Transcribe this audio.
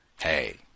Hey